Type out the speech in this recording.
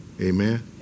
Amen